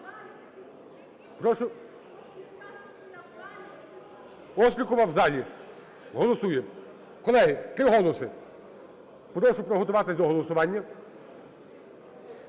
залі) Острікова в залі. Голосує. Колеги, три голоси! Прошу приготуватись до голосування.